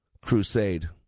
crusade